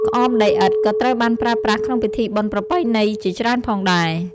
ក្អមដីឥដ្ឋក៏ត្រូវបានប្រើប្រាស់ក្នុងពិធីបុណ្យប្រពៃណីជាច្រើនផងដែរ។